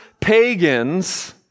pagans